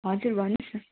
हजुर भन्नुहोस् न